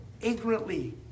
ignorantly